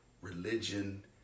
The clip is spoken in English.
religion